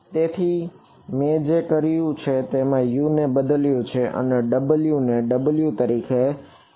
તેથી મેં જે કર્યું છે તેમાં U ને બદલ્યું છે અને મેં w ને w તરીકે રાખ્યું છે બરાબર